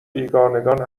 بیگانگان